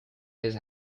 his